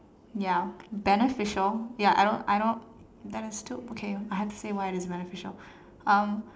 ya beneficial ya I don't I don't that is too okay I have to say why is it beneficial um